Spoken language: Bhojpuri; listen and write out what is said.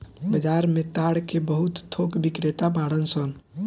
बाजार में ताड़ के बहुत थोक बिक्रेता बाड़न सन